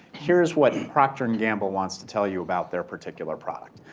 here's what procter and gamble wants to tell you about their particular product.